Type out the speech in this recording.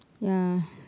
ya